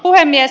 puhemies